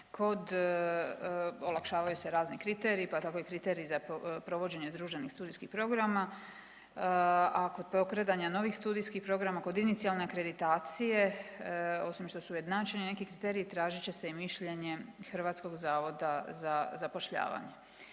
olakšavaju se razni kriteriji, pa tako i kriterij za provođenje združenih studijskih programa, a kod pokretanja novih studijskih programa, kod inicijalne akreditacije osim što su ujednačeni neki kriteriji tražit će se i mišljenje Hrvatskog zavoda za zapošljavanje.